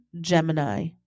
Gemini